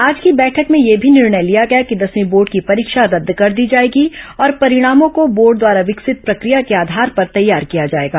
आज की बैठक में यह भी निर्णय लिया गया कि दसवीं बोर्ड की परीक्षा रद्द कर दी जाएगी और परिणामों को बोर्ड द्वारा विकसित प्रक्रिया के आधार पर तैयार किया जायेगा